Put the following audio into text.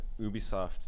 Ubisoft